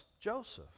Joseph